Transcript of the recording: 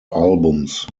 albums